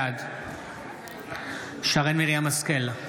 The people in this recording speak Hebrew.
בעד שרן מרים השכל,